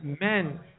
Men